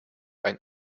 ein